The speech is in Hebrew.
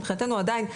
מבחינתנו עדיין,